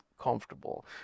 comfortable